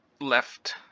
left